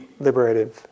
liberative